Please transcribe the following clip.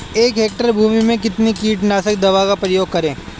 एक हेक्टेयर भूमि में कितनी कीटनाशक दवा का प्रयोग करें?